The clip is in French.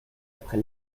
après